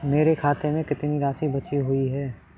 मेरे खाते में कितनी राशि बची हुई है?